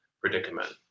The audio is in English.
predicament